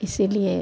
इसीलिए